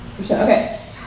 Okay